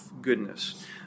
goodness